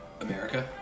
America